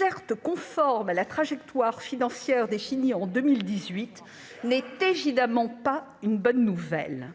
certes conformes à la trajectoire financière définie en 2018, ne sont évidemment pas une bonne nouvelle.